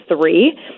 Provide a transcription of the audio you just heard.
three